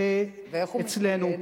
ואיך הוא מתנייד?